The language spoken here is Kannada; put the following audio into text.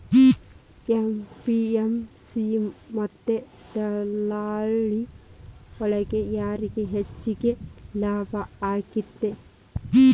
ಎ.ಪಿ.ಎಂ.ಸಿ ಮತ್ತ ದಲ್ಲಾಳಿ ಒಳಗ ಯಾರಿಗ್ ಹೆಚ್ಚಿಗೆ ಲಾಭ ಆಕೆತ್ತಿ?